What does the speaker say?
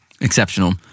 exceptional